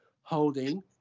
Holding